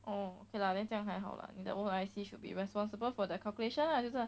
oh okay lah then 这样还好啦你的 O_I_C should be responsible for the calculation lah 就算